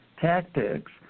tactics